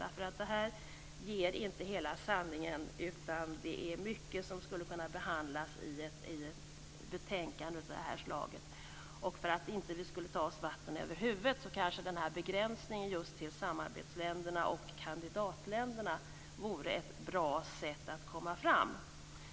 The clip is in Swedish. Det här ger inte hela sanningen, utan det är mycket som skulle kunna behandlas i ett betänkande av det här slaget. För att inte vi skulle ta oss vatten över huvudet kanske begränsningen till just samarbetsländerna och kandidatländerna vore ett bra sätt att komma fram.